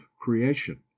creation